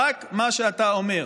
רק מה שאתה אומר.